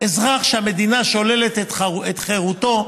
שאזרח שהמדינה שוללת את חירותו,